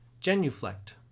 Genuflect